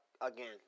Again